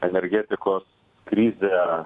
energetikos krizę